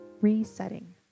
resetting